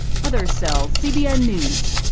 heather sells, cbn news.